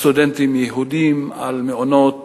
סטודנטים יהודים, על מעונות